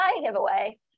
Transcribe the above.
giveaway